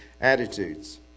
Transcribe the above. attitudes